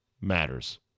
matters